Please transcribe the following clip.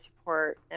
support